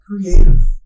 creative